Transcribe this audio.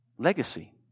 legacy